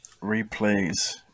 replays